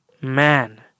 man